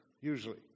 usually